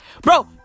Bro